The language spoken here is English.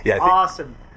Awesome